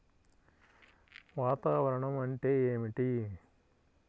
వాతావరణం అంటే ఏమిటి?